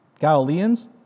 Galileans